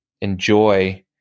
enjoy